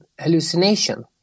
hallucination